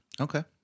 Okay